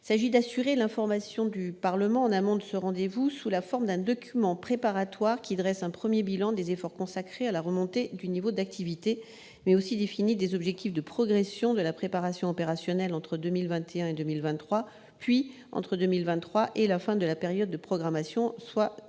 Il s'agit d'assurer l'information du Parlement en amont de ce rendez-vous, sous la forme d'un document préparatoire dressant un premier bilan des efforts consacrés à la remontée du niveau d'activité et définissant des objectifs de progression de la préparation opérationnelle entre 2021 et 2023, puis entre 2023 et la fin de la période de programmation, 2025.